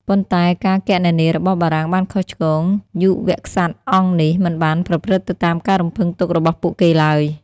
ប៉ុន្តែការគណនារបស់បារាំងបានខុសឆ្គង យុវក្សត្រអង្គនេះមិនបានប្រព្រឹត្តទៅតាមការរំពឹងទុករបស់ពួកគេឡើយ។